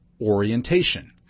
orientation